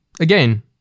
Again